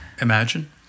Imagine